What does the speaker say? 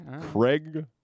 Craig